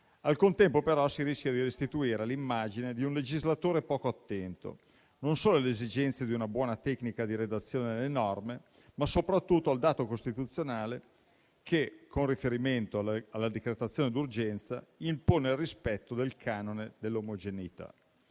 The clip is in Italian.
al contempo, però, si rischia di restituire l'immagine di un legislatore poco attento non solo alle esigenze di una buona tecnica di redazione delle norme, ma soprattutto al dato costituzionale che, con riferimento alla decretazione d'urgenza, impone il rispetto del canone dell'omogeneità.